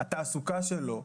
התעסוקה שלו,